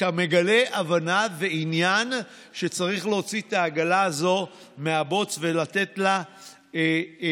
שאתה מגלה הבנה לעניין שצריך להוציא את העגלה הזו מהבוץ ולתת לה לנוע.